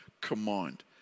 command